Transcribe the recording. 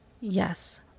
Yes